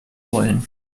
wollen